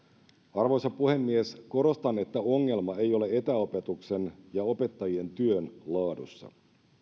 arvoisa puhemies korostan että ongelma ei ole etäopetuksen ja opettajien työn laadussa